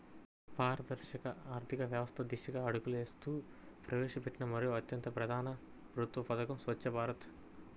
పారదర్శక ఆర్థిక వ్యవస్థ దిశగా అడుగులు వేస్తూ ప్రవేశపెట్టిన మరో అత్యంత ప్రధాన ప్రభుత్వ పథకం స్వఛ్చ భారత్